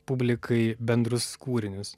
publikai bendrus kūrinius